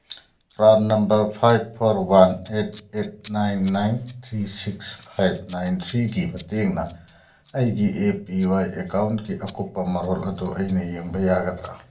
PRAN number five four one eight eight nine nine three six five nine ꯊ꯭ꯔꯤꯒꯤ ꯃꯇꯦꯡꯅ ꯑꯩꯒꯤ A P Y ꯑꯦꯀꯥꯎꯟꯀꯤ ꯑꯀꯨꯞꯄ ꯃꯔꯣꯜ ꯑꯗꯨ ꯑꯩꯅ ꯌꯦꯡꯕ ꯌꯥꯒꯗ꯭ꯔꯥ